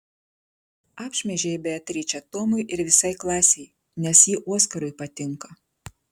apšmeižei beatričę tomui ir visai klasei nes ji oskarui patinka